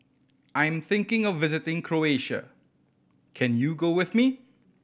I'm thinking of visiting Croatia can you go with me